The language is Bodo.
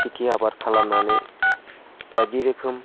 खेथि आबाद खालामनानै बायदि रोखोम